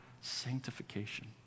sanctification